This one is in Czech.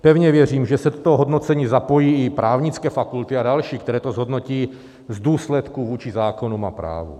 Pevně věřím, že se do toho hodnocení zapojí i právnické fakulty a další, které to zhodnotí z důsledků vůči zákonům a právu.